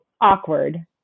awkward